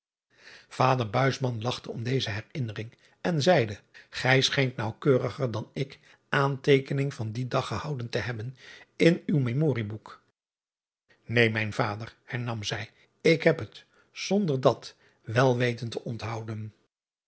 ader lachte om deze herinnering en zeide ij schijnt naauwkeuriger dan ik aanteekening van dien dag gehouden te hebben in uw memorie boek een mijn vader hernam zij ik heb het zonder dat wel weten te onthouden